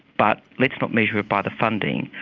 but let's not measure it by the funding,